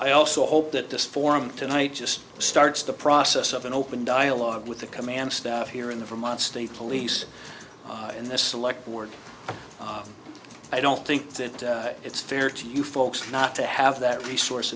i also hope that this forum tonight just starts the process of an open dialogue with the command staff here in the vermont state police in this select ward i don't think that it's fair to you folks not to have that resource